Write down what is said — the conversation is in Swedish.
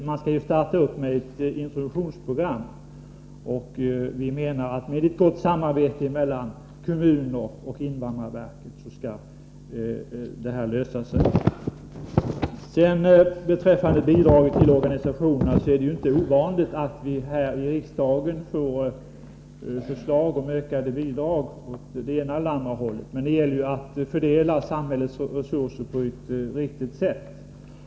Man skall starta med ett introduktionsprogram, och vi menar att det hela skall lösas genom ett gott samarbete mellan kommuner och invandrarverket. Det är inte ovanligt att vi här i riksdagen får förslag om ökade bidrag åt det ena eller andra hållet. Men det gäller att fördela samhällets resurser på ett riktigt sätt.